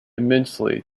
immensely